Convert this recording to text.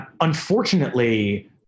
Unfortunately